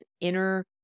inner